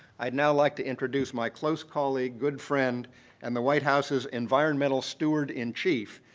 i'd now like to introduce my close colleague, good friend and the white house's environmental steward in chief,